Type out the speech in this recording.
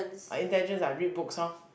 intelligence ah read books loh